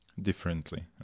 differently